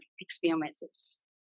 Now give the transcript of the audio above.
experiences